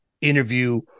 interview